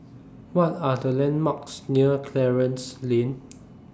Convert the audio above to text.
What Are The landmarks near Clarence Lane